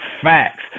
facts